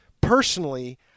personally